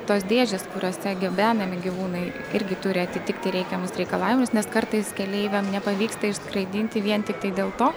tos dėžės kuriose gabenami gyvūnai irgi turi atitikti reikiamus reikalavimus nes kartais keleiviam nepavyksta išskraidinti vien tiktai dėl to